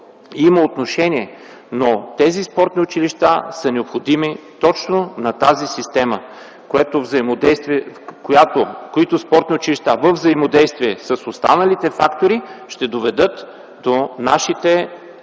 има отношение, но спортните училища са необходими точно на тази система. Спортните училища във взаимодействие с останалите фактори ще доведат до нашите